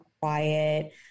quiet